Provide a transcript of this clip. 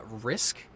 risk